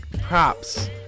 props